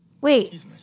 Wait